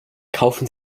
kaufen